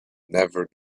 never